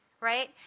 right